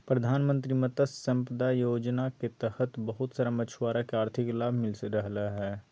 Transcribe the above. प्रधानमंत्री मत्स्य संपदा योजना के तहत बहुत सारा मछुआरा के आर्थिक लाभ मिल रहलय हें